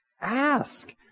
Ask